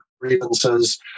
grievances